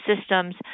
systems